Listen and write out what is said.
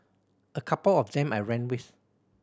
a couple of them I ran with